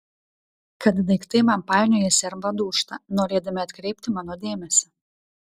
kad daiktai man painiojasi arba dūžta norėdami atkreipti mano dėmesį